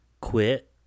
Quit